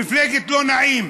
מפלגת לא נעים.